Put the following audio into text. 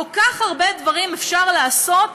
כל כך הרבה דברים אפשר לעשות